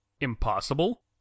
Impossible